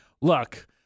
Look